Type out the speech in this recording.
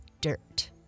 dirt